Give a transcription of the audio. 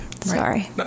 Sorry